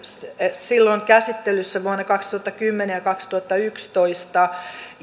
silloin käsittelyssä vuosina kaksituhattakymmenen ja kaksituhattayksitoista